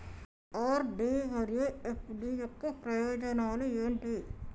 RD మరియు FD యొక్క ప్రయోజనాలు ఏంటి?